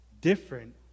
Different